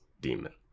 demon